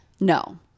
No